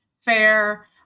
fair